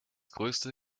größte